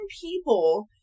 people